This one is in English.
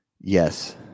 Yes